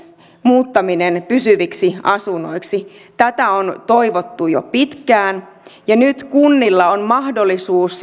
muuttaminen pysyviksi asunnoiksi tätä on toivottu jo pitkään ja nyt kunnilla on mahdollisuus